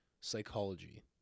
psychology